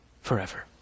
forever